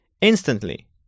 instantly